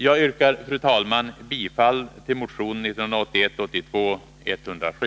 Fru talman! Jag yrkar bifall till motion 1981/82:107.